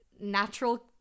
natural